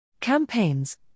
Campaigns